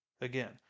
Again